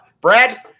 Brad